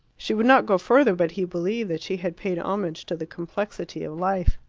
she would not go further, but he believed that she had paid homage to the complexity of life.